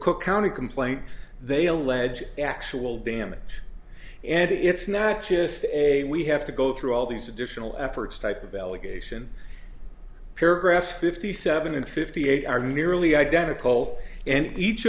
cook county complaint they allege actual damage and it's not just a we have to go through all these additional efforts type of allegation paragraph fifty seven and fifty eight are nearly identical and each